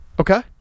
okay